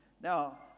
Now